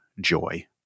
joy